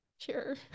Sure